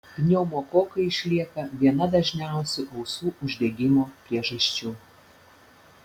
pneumokokai išlieka viena dažniausių ausų uždegimo priežasčių